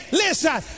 listen